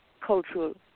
cultural